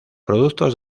productos